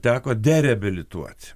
teko dereabilituot